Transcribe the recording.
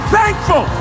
thankful